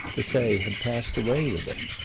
to say had passed away with him.